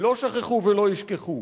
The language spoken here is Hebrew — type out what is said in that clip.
לא שכחו ולא ישכחו.